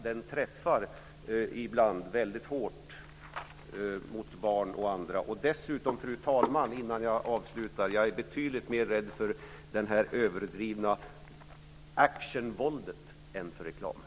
Den träffar ibland barn och andra väldigt hårt. Dessutom, fru talman, är jag betydligt mer rädd för det överdrivna actionvåldet än för reklamen.